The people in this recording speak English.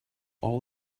all